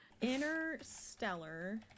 interstellar